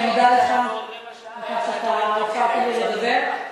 אני מודה לך על כך שאפשרת לי לדבר,